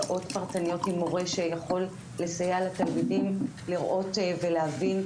למידה בשעות פרטניות עם מורה שיכול לסייע לתלמידים לראות ולהבין,